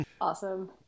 awesome